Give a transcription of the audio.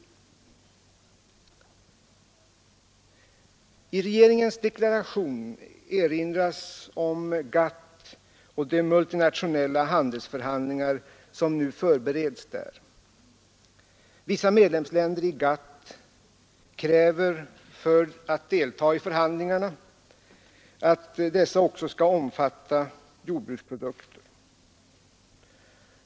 I regeringens deklaration erinras om GATT och de multinationella handelsförhandlingar som just nu förbereds där. Vissa medlemsländer i GATT kräver för att delta i förhandlingarna att dessa också skall omfatta jordbruksprodukter.